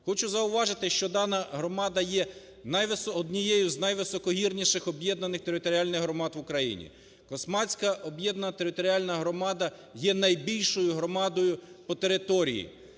Хочу зауважити, що дана громада є однією з найвисокогірніших об'єднаних територіальних громад в Україні. Космацька об'єднана територіальна громада є найбільшою громадою по території.